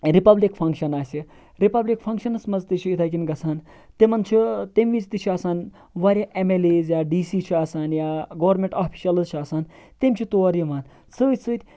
republic function آسہِ republic فَنٛکَشَنَس مَنٛز تہِ چھِ یِتھے کنۍ گَژھان تِمَن چھِ تمہِ وِز تہِ چھُ آسان واریاہ ایم ایل ایز یا ڈی سی چھُ آسان یا گورمیٚنٹ اوفِشَلز چھِ آسان تِم چھِ تور یِوان سۭتۍ سۭتۍ